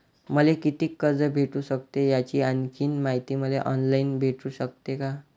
मले कितीक कर्ज भेटू सकते, याची आणखीन मायती मले ऑनलाईन भेटू सकते का?